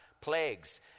plagues